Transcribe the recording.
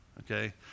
okay